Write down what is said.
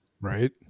Right